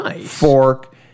fork